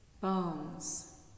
bones